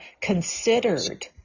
considered